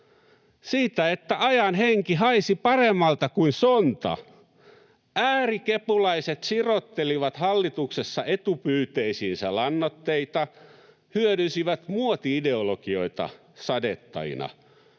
Siitä, että ajan henki haisi paremmalta kuin sonta. Äärikepulaiset sirottelivat hallituksessa etupyyteisiinsä lannoitteita ja hyödynsivät muoti-ideologioita sadettajina.